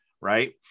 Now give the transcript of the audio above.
Right